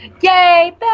Yay